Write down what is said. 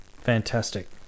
Fantastic